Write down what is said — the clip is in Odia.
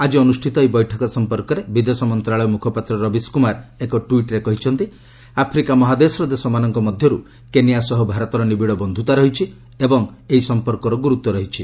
ଆଜି ଅନୁଷ୍ଠିତ ଏହି ବୈଠକ ସଂପର୍କରେ ବିଦେଶ ମନ୍ତ୍ରଣାଳୟ ମୁଖପାତ୍ର ରବୀଶ କୁମାର ଏକ ଟ୍ୱିଟ୍ରେ କହିଛନ୍ତି ଆଫ୍ରିକା ମହାଦେଶର ଦେଶମାନଙ୍କ ମଧ୍ୟର୍ କେନିଆ ସହ ଭାରତର ନିବିଡ଼ ବନ୍ଧ୍ରତା ରହିଛି ଏବଂ ସଂପର୍କର ଗୁରୁତ୍ୱ ରହିଛି